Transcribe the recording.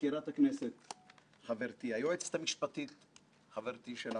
מזכירת הכנסת חברתי, חברתי היועצת המשפטית לוועדה,